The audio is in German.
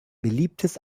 beliebtes